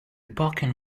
parking